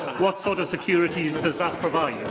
what sort of security does that provide